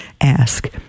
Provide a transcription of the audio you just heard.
ask